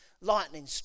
lightning